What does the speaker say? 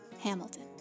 Hamilton